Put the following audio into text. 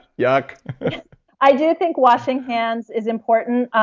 yuck i do think washing hands is important.